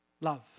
Love